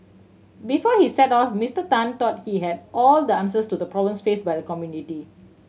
before he set off Mister Tan thought he had all the answers to the problems faced by the community